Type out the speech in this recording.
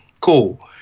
cool